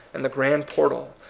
and the grand portal,